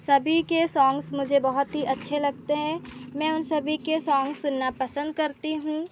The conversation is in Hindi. सभी के सॉन्ग्स मुझे बहुत ही अच्छे लगते हैं मैं उन सभी के सॉन्ग सुनना पसंद करती हूँ